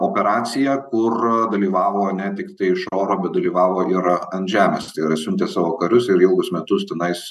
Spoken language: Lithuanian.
operaciją kur dalyvavo ne tiktai iš oro bet dalyvavo ir ant žemės ir siuntė savo karius ir ilgus metus tenais